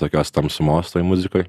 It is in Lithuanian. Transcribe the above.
tokios tamsumos toj muzikoj